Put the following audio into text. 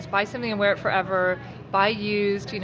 buy something and wear it forever. buy used.